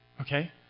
okay